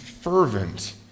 fervent